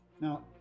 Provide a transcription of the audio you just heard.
Now